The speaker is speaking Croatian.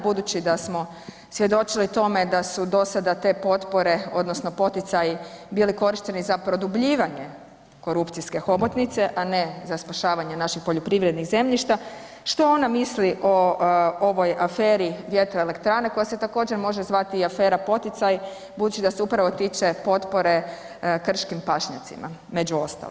Budući da smo svjedočili tome da su dosada te potpore odnosno poticaji bili korišteni za produbljivanje korupcijske hobotnice, a ne za spašavanje naših poljoprivrednih zemljišta, što ona misli o ovoj aferi vjetroelektrane koja se također može zvati i afera poticaj budući da se upravo tiče potpore kršim pašnjacima, među ostalim.